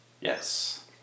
yes